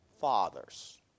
fathers